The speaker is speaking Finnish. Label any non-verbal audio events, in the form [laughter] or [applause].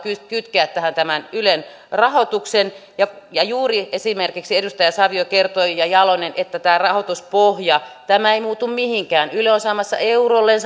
kytkeä tähän ylen rahoituksen juuri esimerkiksi edustaja savio ja edustaja jalonen kertoivat että tämä rahoituspohja ei muutu mihinkään ja yle on saamassa eurolleen [unintelligible]